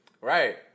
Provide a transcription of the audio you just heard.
Right